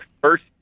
first